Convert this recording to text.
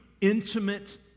intimate